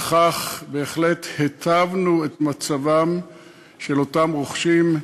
כך היטבנו את מצבם של אותם רוכשים,